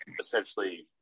essentially